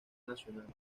nacional